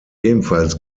ebenfalls